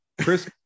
Chris